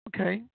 Okay